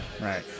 Right